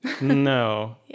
No